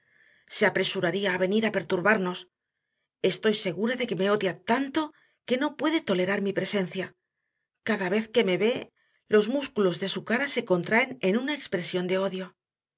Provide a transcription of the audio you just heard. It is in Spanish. se apresuraría a venir a perturbarnos estoy segura de que me odia tanto que no puede tolerar mi presencia cada vez que me ve los músculos de su cara se contraen en una expresión de odio